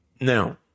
Now